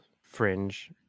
Fringe